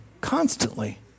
constantly